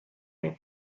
make